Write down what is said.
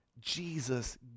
Jesus